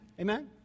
Amen